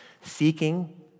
seeking